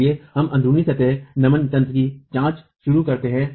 इसलिए हम अन्ध्रुनी सतह नमन तंत्र की जांच शुरू करते हैं